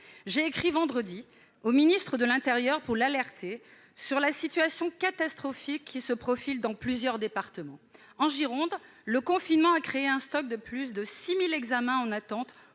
J'ai écrit vendredi au ministre de l'intérieur pour l'alerter sur la situation catastrophique qui se profile dans plusieurs départements. En Gironde, le confinement a créé un stock de plus de 6 000 examens en attente,